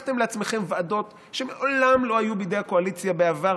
לקחתם לעצמכם ועדות שמעולם לא היו בידי הקואליציה בעבר,